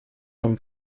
von